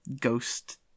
ghost